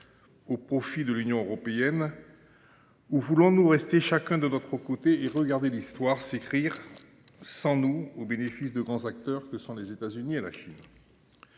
au profit de l’Union européenne ? Ou préférons-nous rester chacun de notre côté et regarder l’histoire s’écrire sans nous au bénéfice des grands acteurs que sont les États-Unis et la Chine ?